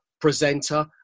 presenter